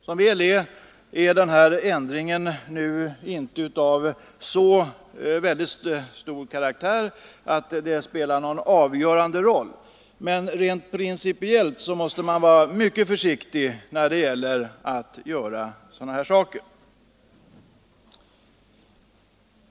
Som väl är, är ändringen inte så omfattande att det spelar någon avgörande roll. Men rent principiellt måste man vara mycket försiktig med att göra sådana saker.